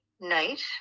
night